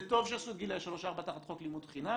זה טוב שעשו את גילאי 3-4 תחת חוק לימוד חובה,